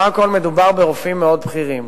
בסך הכול מדובר ברופאים מאוד בכירים.